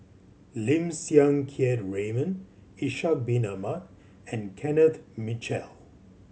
Lim Siang Keat Raymond Ishak Bin Ahmad and Kenneth Mitchell